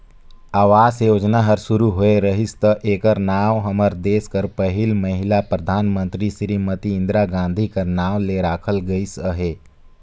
आवास योजना हर सुरू होए रहिस ता एकर नांव हमर देस कर पहिल महिला परधानमंतरी सिरीमती इंदिरा गांधी कर नांव ले राखल गइस अहे